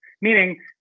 meaning